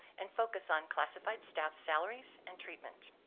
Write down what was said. and focus on classified staff salaries and treatment.